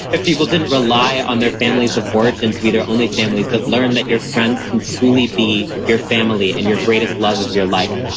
if people didn't rely on their families of origin to be their only families. but learn that your friends can truly be your family and your greatest love of your life.